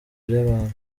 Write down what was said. by’abantu